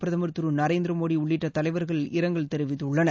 பிரதமர் திரு நரேந்திர மோடி உள்ளிட்ட தலைவர்கள் இரங்கல் தெரிவித்துள்ளனர்